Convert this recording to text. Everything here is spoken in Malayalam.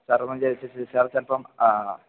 സാറൊന്നും വിചാരിക്കരുത് സാർ ചിലപ്പോള്